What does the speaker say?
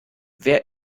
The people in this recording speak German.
wer